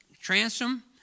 transom